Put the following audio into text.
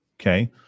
Okay